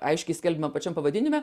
aiškiai skelbiama pačiam pavadinime